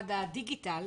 אתמשרד הדיגיטל